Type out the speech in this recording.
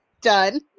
done